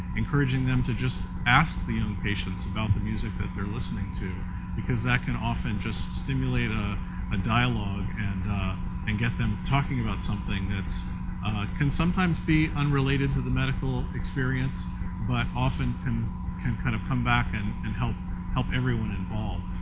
encouraging them to just ask the young patients about the music that they're listening to because that can often just stimulate a ah dialog and and get them talking about something that can sometimes be unrelated to the medical experience but often and can kind of come back and and help help everyone involved.